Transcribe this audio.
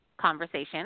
conversation